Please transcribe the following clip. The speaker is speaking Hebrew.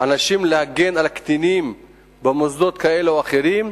אנשים להגן על קטינים במוסדות כאלה או אחרים,